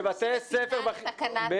שבתי ספר --- מה איתך?